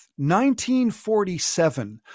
1947